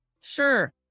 Sure